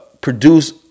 produce